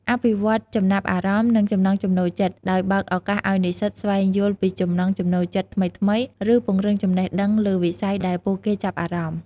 អភិវឌ្ឍន៍ចំណាប់អារម្មណ៍ និងចំណង់ចំណូលចិត្ត ដោយបើកឱកាសឱ្យនិស្សិតស្វែងយល់ពីចំណង់ចំណូលចិត្តថ្មីៗ ឬពង្រឹងចំណេះដឹងលើវិស័យដែលពួកគេចាប់អារម្មណ៍។